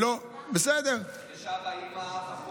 יש אבא, אימא, אח, אחות.